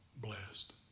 blessed